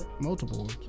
Multiple